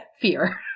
fear